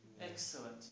Excellent